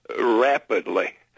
rapidly